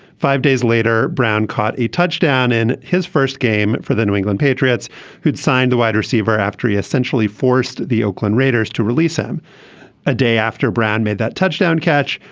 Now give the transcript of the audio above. five days later brown caught a touchdown in his first game for the new england patriots who'd signed the wide receiver after he essentially forced the oakland raiders to release him a day after brown made that touchdown catch.